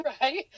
Right